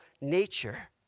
nature